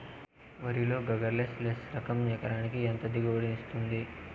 వరి లో sugarless less రకం ఎకరాకి ఎంత దిగుబడినిస్తుంది